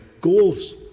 goals